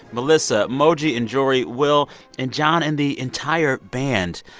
melissa, moji and jorie, will and john and the entire band.